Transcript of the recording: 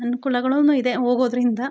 ಅನುಕೂಲಗಳು ಇದೆ ಹೋಗೋದರಿಂದ